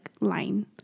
line